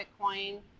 Bitcoin